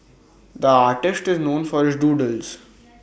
the artist is known for his doodles